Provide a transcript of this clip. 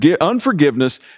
unforgiveness